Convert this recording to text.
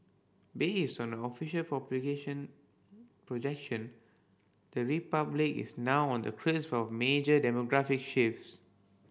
based on official population projection the Republic is now on the cusp of major demographic shifts